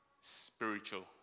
spiritual